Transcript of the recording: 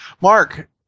Mark